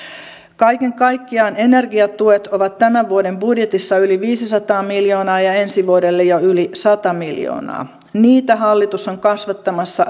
kaiken kaikkiaan energiatuet ovat tämän vuoden budjetissa yli viisisataa miljoonaa ja ensi vuodelle jo yli sata miljoonaa niitä hallitus on kasvattamassa